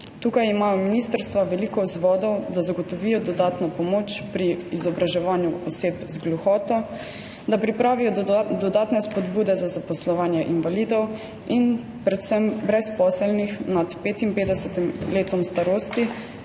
Tukaj imajo ministrstva veliko vzvodov, da zagotovijo dodatno pomoč pri izobraževanju oseb z gluhoto, da pripravijo dodatne spodbude za zaposlovanje invalidov in predvsem brezposelnih nad 55. letom starosti.